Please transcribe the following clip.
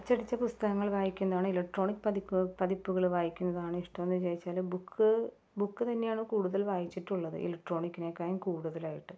അച്ചടിച്ച പുസ്തകങ്ങൾ വായിക്കുന്നതാണോ ഇലക്ട്രോണിക് പതിപ്പ് പതിപ്പുകള് വായിക്കുന്നതാണോ ഇഷ്ടം എന്ന് ചോദിച്ചാല് ബുക്ക് ബുക്ക് തന്നെയാണ് കൂടുതൽ വായിച്ചിട്ടുള്ളത് ഇലക്ട്രോണിക്കിനേക്കാളും കൂടുതലായിട്ടും